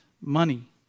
money